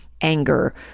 anger